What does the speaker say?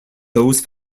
those